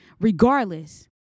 regardless